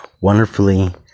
wonderfully